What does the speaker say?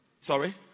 Sorry